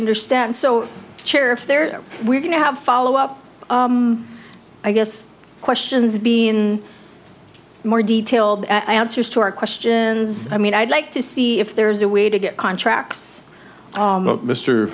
understand so sheriff there we're going to have follow up i guess questions being more detailed i answer to our questions i mean i'd like to see if there's a way to get contracts